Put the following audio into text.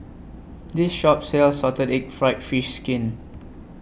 This Shop sells Salted Egg Fried Fish Skin